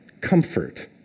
comfort